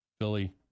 Philly